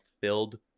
filled